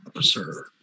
sir